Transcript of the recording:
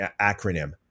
acronym